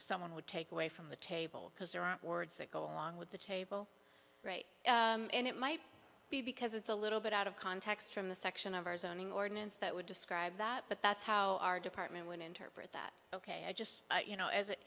someone would take away from the table because there aren't words that go along with the table and it might be because it's a little bit out of context from the section of our zoning ordinance that would describe that but that's how our department would interpret that ok i just you know as it